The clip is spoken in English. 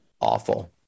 awful